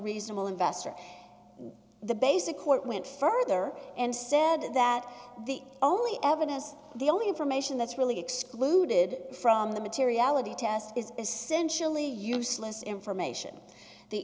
reasonable investor the basic court went further and said that the only evidence the only information that's really excluded from the materiality test is essentially useless information the